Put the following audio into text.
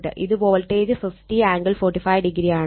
ഇത് voltage 50 angle 45° ആണ്